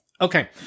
Okay